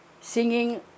singing